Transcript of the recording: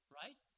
right